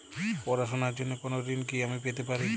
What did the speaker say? পড়াশোনা র জন্য কোনো ঋণ কি আমি পেতে পারি?